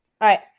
right